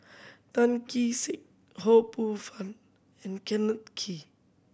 Tan Kee Sek Ho Poh Fun and Kenneth Kee